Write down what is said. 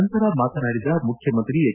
ನಂತರ ಮಾತನಾಡಿದ ಮುಖ್ಯಮಂತ್ರಿ ಎಚ್